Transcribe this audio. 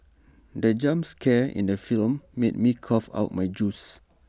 the jump scare in the film made me cough out my juice